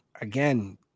Again